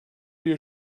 you